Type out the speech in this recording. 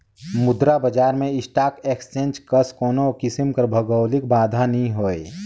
मुद्रा बजार में स्टाक एक्सचेंज कस कोनो किसिम कर भौगौलिक बांधा नी होए